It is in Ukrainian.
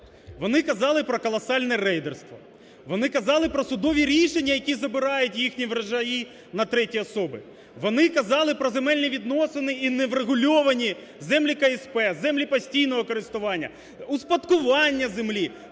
Вони казали про колосальне рейдерство, вони казали про судові рішення, які забирають їхні врожаї на треті особи. Вони казали про земельні відносини і неврегульовані землі КСП, землі постійного користування, успадкування землі,